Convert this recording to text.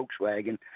Volkswagen